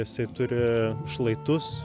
jisai turi šlaitus